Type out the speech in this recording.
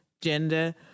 gender